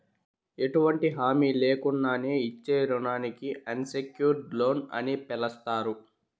ఎటువంటి హామీ లేకున్నానే ఇచ్చే రుణానికి అన్సెక్యూర్డ్ లోన్ అని పిలస్తారు